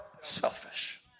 selfish